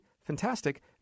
fantastic